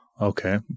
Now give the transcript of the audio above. Okay